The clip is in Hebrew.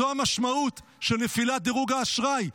זו המשמעות של נפילת דירוג האשראי.